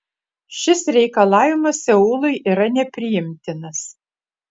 šis reikalavimas seului yra nepriimtinas